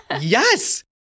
Yes